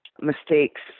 mistakes